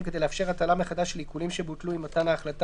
כדי לאפשר הטלה מחדש של עיקולים שבוטלו עם מתן ההחלטה